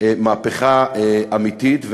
מהפכה אמיתית,